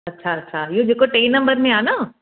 अच्छा अच्छा इहो जेको टे नम्बर में आहे न